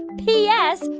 p s,